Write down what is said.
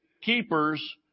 keepers